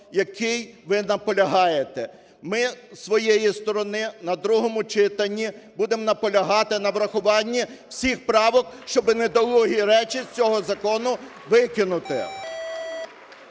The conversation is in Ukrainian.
який ви наполягаєте. Ми зі своєї сторони на другому читанні будемо наполягати на врахуванні всіх правок, щоб недолугі речі з цього закону викинути.